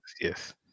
yes